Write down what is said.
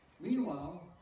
Meanwhile